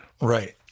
right